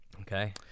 Okay